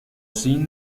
sin